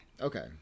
Okay